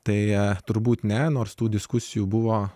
tai turbūt ne nors tų diskusijų buvo